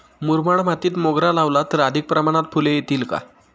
मुरमाड मातीत मोगरा लावला तर अधिक प्रमाणात फूले येतील का?